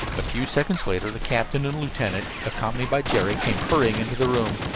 a few seconds later the captain and lieutenant, accompanied by jerry, came hurrying into the room.